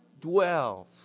dwells